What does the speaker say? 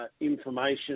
information